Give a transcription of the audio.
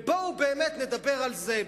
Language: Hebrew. בואו באמת נדבר על זה,